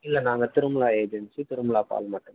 இல்லை நாங்கள் திருமலா ஏஜென்சி திருமலா பால் மட்டும்தான்ங்க